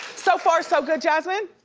so far, so good, jasmine?